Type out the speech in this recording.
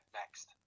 next